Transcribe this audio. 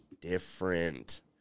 different